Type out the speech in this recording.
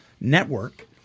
Network